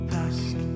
Past